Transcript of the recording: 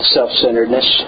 Self-centeredness